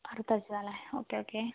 അടുത്ത ആഴ്ച അല്ലേ ഓക്കേ ഓക്കേ